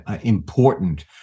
important